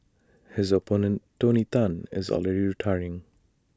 his opponent tony Tan is already retiring